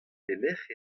pelecʼh